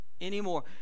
anymore